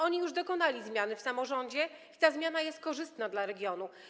Oni już dokonali zmiany w samorządzie i ta zmiana jest korzystna dla regionu.